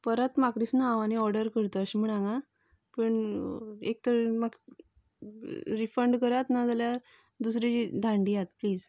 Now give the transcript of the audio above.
परत म्हाका दिसना हांव आनी ऑर्डर करत अशें म्हण हांगा पूण एकतर म्हाका रिफंन्ड करात नाजाल्यार दुसरें धाडून दियात प्लीज